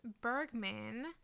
Bergman